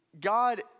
God